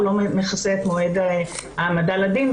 הוא לא מכסה את מועד ההעמדה לדין.